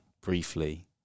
briefly